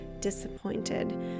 disappointed